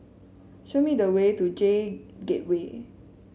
show me the way to J Gateway